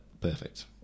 perfect